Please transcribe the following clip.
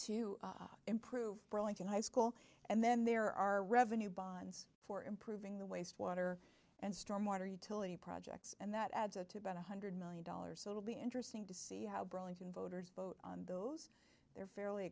to improve burlington high school and then there are revenue bonds for improving the wastewater and storm water utility projects and that adds up to about one hundred million dollars so it'll be interesting to see how brilliant and voters vote on those they're fairly